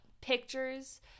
pictures